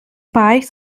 bikes